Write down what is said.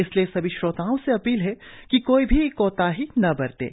इसलिए सभी श्रोताओं से अपील है कि कोई भी कोताही न बरतें